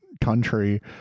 country